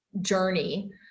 journey